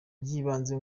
ry’ibanze